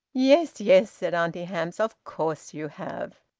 yes, yes, said auntie hamps. of course you have!